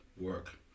work